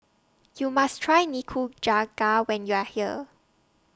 YOU must Try Nikujaga when YOU Are here